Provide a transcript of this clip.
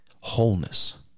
wholeness